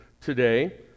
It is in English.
today